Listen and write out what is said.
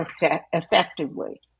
effectively